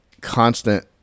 constant